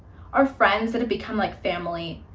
our friends that have become like family,